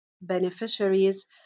beneficiaries